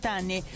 anni